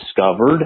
discovered